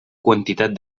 quantitat